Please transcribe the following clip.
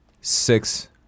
six